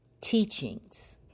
teachings